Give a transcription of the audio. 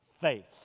faith